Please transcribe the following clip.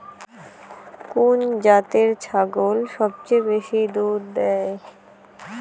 কুন জাতের ছাগল সবচেয়ে বেশি দুধ দেয়?